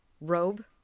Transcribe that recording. robe